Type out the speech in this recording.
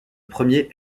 premier